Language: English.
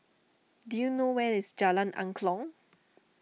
do you know where is Jalan Angklong